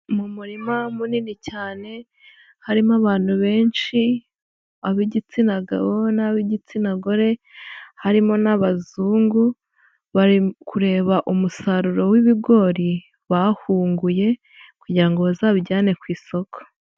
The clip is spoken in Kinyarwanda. Mu murima munini cyane harimo abantu benshi, ab'igitsina gabo n'ab'igitsina gore, harimo n'abazungu, bari kureba umusaruro w'ibigori bahunguye kugirango ngo bazabijyane ku isoko.